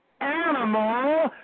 Animal